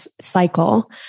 cycle